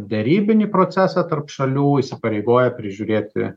derybinį procesą tarp šalių įsipareigoja prižiūrėti